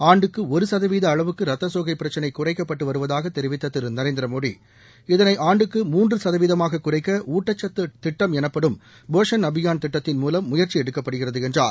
ஆண்டுக்கு ஒரு சதவீத அளவுக்கு ரத்தசோகை பிரச்சினை குறைக்கப்பட்டு வருவதாகத் தெிவித்த திரு நரேந்திரமோடி இதனை ஆண்டுக்கு மூன்று சதவீதமாகக் குறைக்க ஊட்டக்கத்து திட்டம் எனப்படும் போஷன் அபியான் திட்டத்தின் மூலம் முயற்சி எடுக்கப்படுகிறது என்றார்